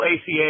ACA